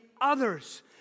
others